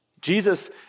Jesus